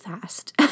fast